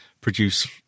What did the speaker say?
produce